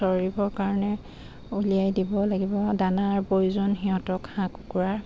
চৰিবৰ কাৰণে উলিয়াই দিব লাগিব দানাৰ প্ৰয়োজন সিহঁতক হাঁহ কুকুৰা